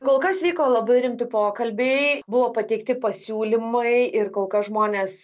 kol kas vyko labai rimti pokalbiai buvo pateikti pasiūlymai ir kol kas žmonės